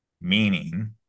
Meaning